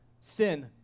sin